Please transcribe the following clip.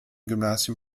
gymnasium